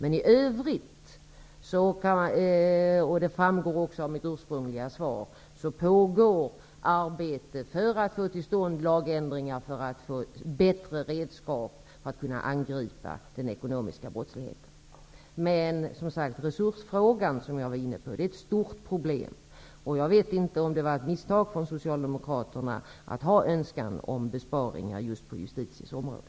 I övrigt, vilket också framgår av mitt ursprungliga svar, pågår arbete för att få till stånd lagändringar för att få bättre redskap att kunna angripa den ekonomiska brottsligheten. Men resursfrågan är ett stort problem. Jag vet inte om det var ett misstag från Socialdemokraterna att önska besparingar just på Justitiedepartementets område.